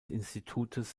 institutes